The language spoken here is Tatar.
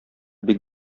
бик